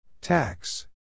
Tax